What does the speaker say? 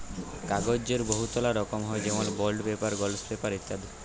কাগ্যজের বহুতলা রকম হ্যয় যেমল বল্ড পেপার, গলস পেপার ইত্যাদি